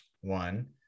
One